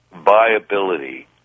viability